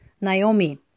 Naomi